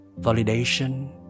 validation